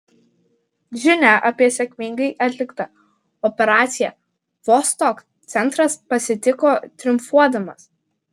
žinią apie sėkmingai atliktą operaciją vostok centras pasitiko triumfuodamas